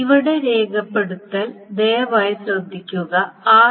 ഇവിടെ രേഖപ്പെടുത്തൽ ദയവായി ശ്രദ്ധിക്കുക r1